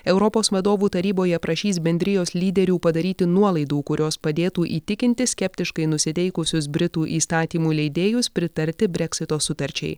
europos vadovų taryboje prašys bendrijos lyderių padaryti nuolaidų kurios padėtų įtikinti skeptiškai nusiteikusius britų įstatymų leidėjus pritarti breksito sutarčiai